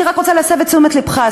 אני רק רוצה להסב את תשומת לבך,